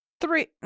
three